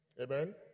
Amen